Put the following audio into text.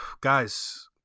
guys